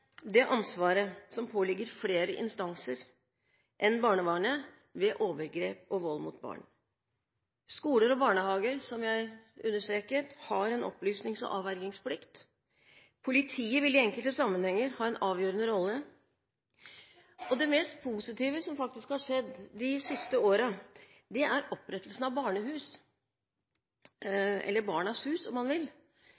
det ansvaret som påligger flere instanser enn barnevernet ved overgrep og vold mot barn. Skoler og barnehager har, som jeg understreket, en opplysnings- og avvergingsplikt, og politiet vil i enkelte sammenhenger ha en avgjørende rolle. Det mest positive som faktisk har skjedd de siste årene, er opprettelsen av barnehus